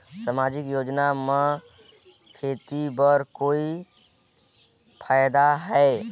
समाजिक योजना म खेती बर भी कोई फायदा है?